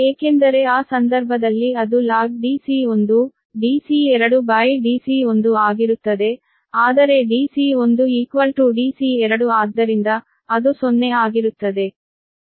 ಏಕೆಂದರೆ ಆ ಸಂದರ್ಭದಲ್ಲಿ ಅದು ಲಾಗ್ Dc1 Dc2 Dc1 ಆಗಿರುತ್ತದೆ ಆದರೆ Dc1 Dc2 ಆದ್ದರಿಂದ ಅದು 0 ಆಗಿರುತ್ತದೆ